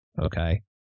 okay